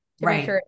right